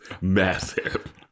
massive